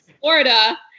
Florida